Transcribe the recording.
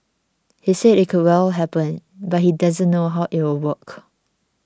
he said it could well happen but he doesn't know how it will work